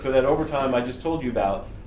that overtime i just told you about,